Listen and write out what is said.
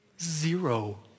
Zero